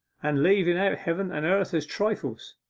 and leaven out heaven and earth as trifles.